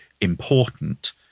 important